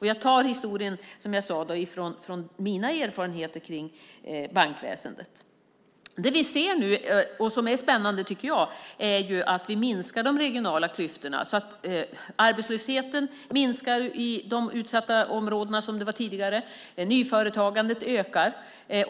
Jag tar historien, som jag sade, om mina erfarenheter av bankväsendet. Det som vi ser nu och som är spännande, tycker jag, är att vi minskar de regionala klyftorna. Arbetslösheten minskar i de tidigare utsatta områdena. Nyföretagandet ökar.